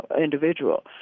individual